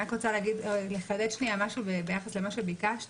אבל אני רק רוצה לחדד שנייה משהו ביחד למה שביקשת.